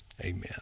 amen